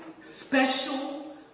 special